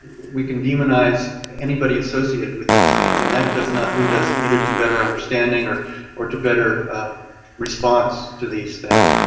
we can demonize anybody associated with these things, and that does not lead us either to better understanding or or to better response to these things.